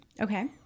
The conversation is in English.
okay